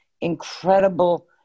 incredible